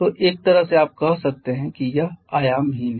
तो एक तरह से आप कह सकते हैं कि यह आयामहीन है